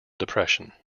depression